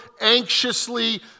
anxiously